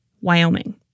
Wyoming